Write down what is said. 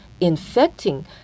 infecting